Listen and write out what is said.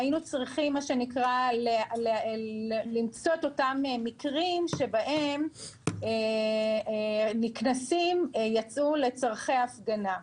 היינו צריכים למצוא את אותם מקרים שבהם נקנסים יצאו לצורכי הפגנה.